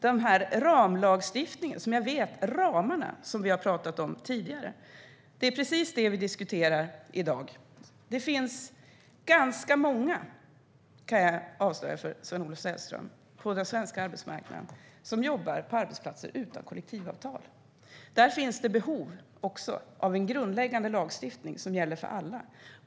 Den ramlagstiftning som vi har pratat om tidigare är precis vad vi diskuterar i dag. Det finns ganska många som jobbar på arbetsplatser utan kollektivavtal, kan jag avslöja för Sven-Olof Sällström. Där finns det behov också av en grundläggande lagstiftning som gäller för alla.